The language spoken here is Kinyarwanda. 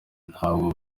ntabwo